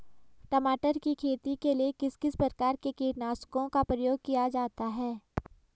टमाटर की खेती के लिए किस किस प्रकार के कीटनाशकों का प्रयोग किया जाता है?